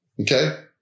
Okay